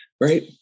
right